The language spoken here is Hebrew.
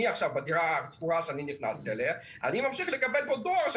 אני עכשיו בדירה אליה נכנסתי ממשיך לקבל דואר של